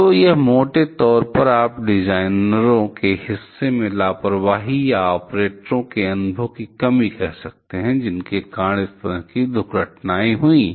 तो यह मोटे तौर पर आप डिजाइनरों के हिस्से से लापरवाही या ऑपरेटरों के अनुभव की कमी कह सकते हैं जिसके कारण इस तरह की दुर्घटनाएं हुईं